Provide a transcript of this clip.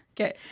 Okay